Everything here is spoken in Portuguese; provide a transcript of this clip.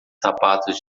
sapatos